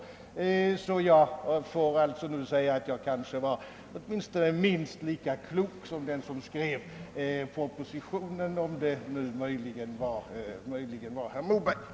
Jag får alltså säga att jag nog var minst lika klok som den som skrev propositionen — om det nu möjligen var herr Moberg.